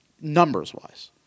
numbers-wise